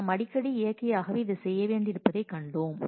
நாம் அடிக்கடி இயற்கையாகவே இதை செய்ய வேண்டியிருப்பதைக் கண்டோம்